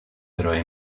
ارائه